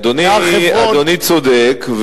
אדוני צודק.